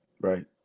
Right